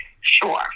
Sure